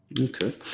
Okay